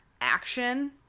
action